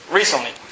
recently